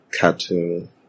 cartoon